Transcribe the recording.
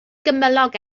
gymylog